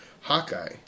Hawkeye